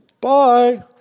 Bye